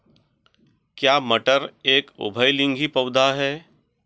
क्या मटर एक उभयलिंगी पौधा है?